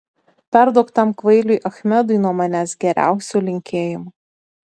perduok tam kvailiui achmedui nuo manęs geriausių linkėjimų